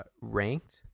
ranked